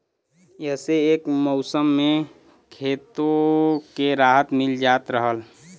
इह्से एक मउसम मे खेतो के राहत मिल जात रहल